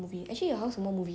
then got this one